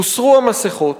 הוסרו המסכות,